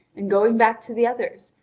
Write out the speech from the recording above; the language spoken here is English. and going back to the others,